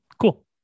cool